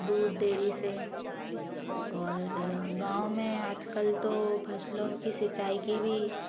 दूध डेयरी से और गाँव में आजकल तो फसलों की सिंचाई की भी